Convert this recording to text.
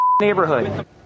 neighborhood